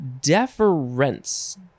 Deference